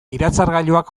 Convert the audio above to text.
iratzargailuak